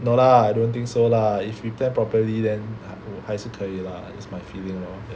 no lah I don't think so lah if you plan properly then 还是可以 lah it's my feeling